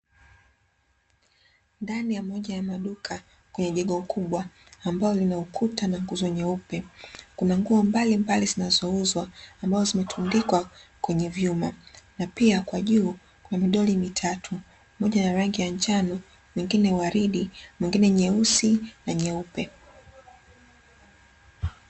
Ndani ya moja ya maduka kwenye jengo kubwa, ambalo lina ukuta na nguzo nyeupe. Kuna nguo mbalimbali zinazouzwa, ambazo zimetundikwa kwenye vyuma. Na pia kwa juu kuna midoli mitatu, moja ya rangi ya njano, mwingine uwaridi, mwingine nyeusi na nyeupe.